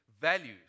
Values